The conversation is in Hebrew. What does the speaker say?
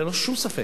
ללא שום ספק.